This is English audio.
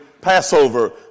Passover